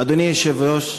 אדוני היושב-ראש,